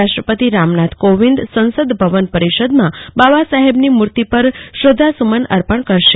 રાષ્ટ્રપતિ રામનાથ કોવિંદ સંસદ ભવન પરિષદમાં બાબા સાહેબની મૂર્તી પર શ્રધ્ધાસુમન અર્પણ કરશે